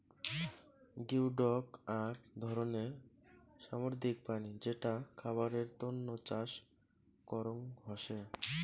geoduck আক ধরণের সামুদ্রিক প্রাণী যেটা খাবারের তন্ন চাষ করং হসে